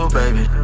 baby